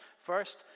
first